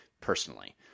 personally